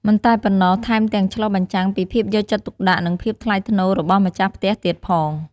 មិនតែប៉ុណ្ណោះថែមទាំងឆ្លុះបញ្ចាំងពីភាពយកចិត្តទុកដាក់ និងភាពថ្លៃថ្នូររបស់ម្ចាស់ផ្ទះទៀតផង។